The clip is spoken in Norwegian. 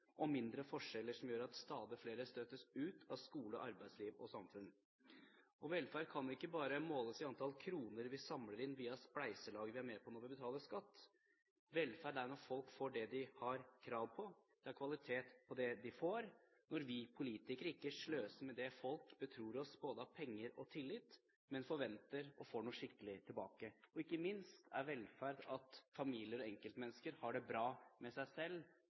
og mindre forskjeller, som gjør at stadig flere støtes ut av skole, arbeidsliv og samfunn. Og velferd kan ikke bare måles i antall kroner vi samler inn via spleiselag vi er med på når vi betaler skatt; velferd er når folk får det de har krav på, det er kvalitet på det de får, når vi politikere ikke sløser med det folk betror oss av både penger og tillit, men forventer å få noe skikkelig tilbake – ikke minst er velferd at familier og enkeltmennesker har det bra med seg selv,